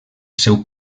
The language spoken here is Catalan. seu